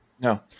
No